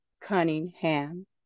Cunningham